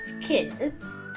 kids